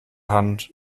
hand